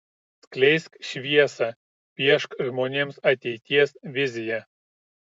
skleisk šviesą piešk žmonėms ateities viziją